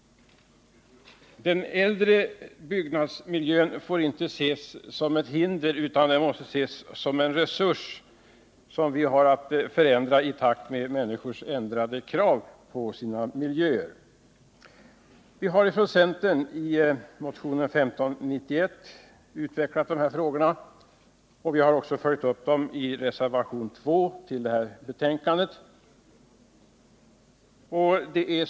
Den äldre byggnadsmiljön får inte ses som ett hinder utan som en resurs som vi har att ändra i takt med människors ändrade krav på sina miljöer. Vi har från centern i motionen 1591 utvecklat de här frågorna, och vi har också följt upp dem i reservationen 2 till detta betänkande.